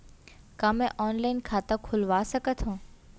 का मैं ऑनलाइन खाता खोलवा सकथव?